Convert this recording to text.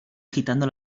agitando